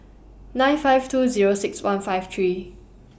nine five two Zero six one five three